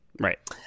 Right